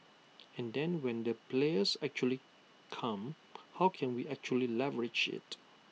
and then when the players actually come how can we actually leverage IT